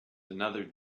another